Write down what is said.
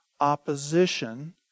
opposition